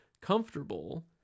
comfortable